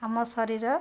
ଆମ ଶରୀର